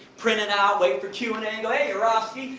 print it out, wait for q and a, go hey yourofsky,